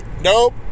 Nope